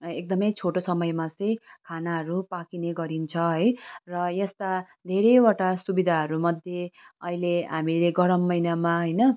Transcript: एकदमै छोटो समयमा चाहिँ खानाहरू पाक्ने गर्छ है र यस्ता धेरैवटा सुविधाहरूमध्ये अहिले हामीले गरम महिनामा होइन